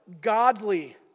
godly